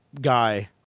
guy